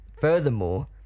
Furthermore